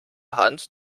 hand